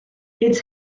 its